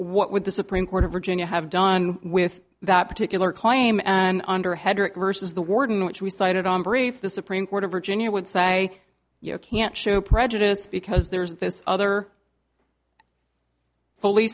what would the supreme court of virginia have done with that particular claim and under hedrick versus the warden which we cited on brief the supreme court of virginia would say you can't show prejudice because there's this other fully